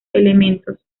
elementos